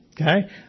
Okay